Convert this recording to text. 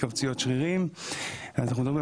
התכווצויות שרירים וכדומה.